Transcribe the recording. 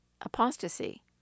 apostasy